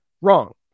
Wrong